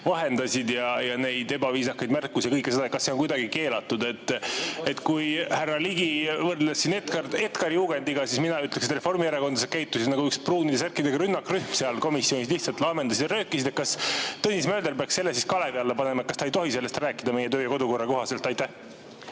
valitsesid, neid ebaviisakaid märkusi ja kõike seda. Kas see on kuidagi keelatud? Kui härra Ligi võrdles siin kedagi Edgarjugendiga, siis mina ütleksin, et reformierakondlased käitusid nagu üks pruunide särkidega rünnakrühm seal komisjonis, lihtsalt laamendasid ja röökisid. Kas Tõnis Mölder peaks selle siis kalevi alla panema? Kas ta ei tohi sellest rääkida meie kodu‑ ja töökorra kohaselt? Aitäh!